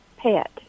pet